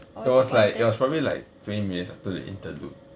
it was like it was probably like twenty minutes after the interlude